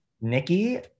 Nikki